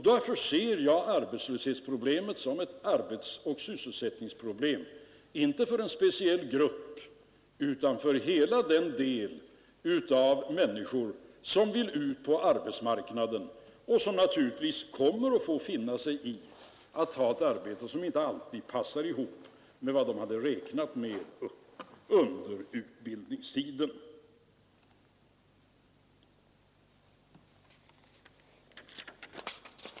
Därför ser jag arbetslöshetsproblemet som ett arbetsoch sysselsättningsproblem inte för en speciell grupp utan för alla de människor som vill ut på arbetsmarknaden och som naturligtvis kommer att få finna sig i att ha ett arbete som inte alltid är vad de hade räknat med under utbildningstiden.